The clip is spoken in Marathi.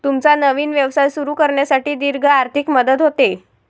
तुमचा नवीन व्यवसाय सुरू करण्यासाठी दीर्घ आर्थिक मदत होते